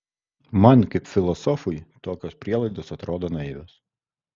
man kaip filosofui tokios prielaidos atrodo naivios